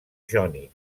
jònic